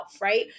Right